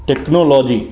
technology